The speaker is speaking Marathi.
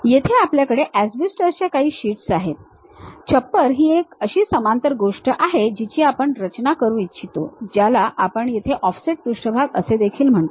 येथे आपल्याकडे एस्बेस्टोस च्या काही शीट आहेत छप्पर ही एक अशी समांतर गोष्ट आहे जीची आपण रचना करू इच्छितो ज्याला आपण येथे ऑफसेट पृष्ठभाग असे देखील म्हणतो